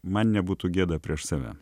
man nebūtų gėda prieš save